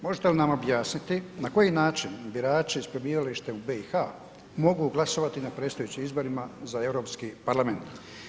Možete li nam objasniti na koji način birači s prebivalištem u BiH mogu glasovati na predstojećim izborima za Europski parlament?